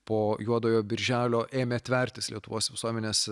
po juodojo birželio ėmė tvertis lietuvos visuomenės